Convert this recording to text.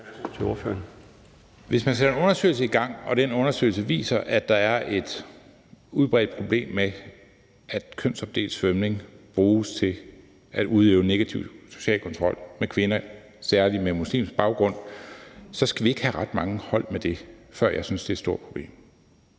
Hvis man sætter en undersøgelse i gang og den undersøgelse viser, at der er et udbredt problem med, at kønsopdelt svømning bruges til at udøve negativ social kontrol af kvinder særlig med muslimsk baggrund, så skal vi ikke have ret mange hold med det, før jeg synes, at det er et stort problem.